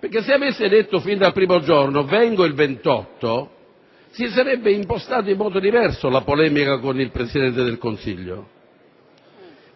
sì? Se avesse detto sin dal primo giorno che sarebbe venuto il 28 si sarebbe impostata in modo diverso la polemica con il Presidente del Consiglio